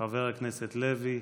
חבר הכנסת לוי,